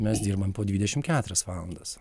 mes dirbam po dvidešimt keturias valandas